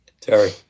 Terry